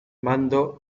mando